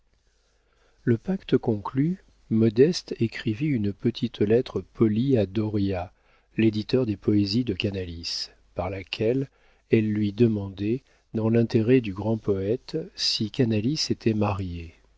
le pacte conclu modeste écrivit une petite lettre polie à dauriat l'éditeur des poésies de canalis par laquelle elle lui demandait dans l'intérêt du grand poëte si canalis était marié